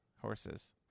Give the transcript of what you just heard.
horses